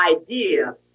idea